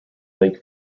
lake